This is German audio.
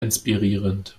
inspirierend